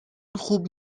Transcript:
خوب